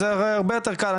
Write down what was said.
זה הרבה יותר קל,